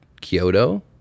kyoto